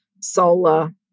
solar